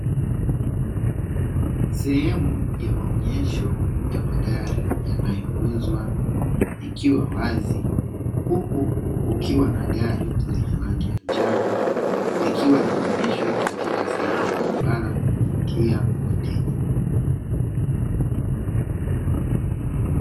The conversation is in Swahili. Sehemu ya maonyesho ya magari yanayouzwa ikiwa wazi huku kukiwa na gari lenye rangi ya njano, likiwa linaonyeshwa katika sehemu ya barabara kuvutia wateja.